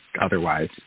otherwise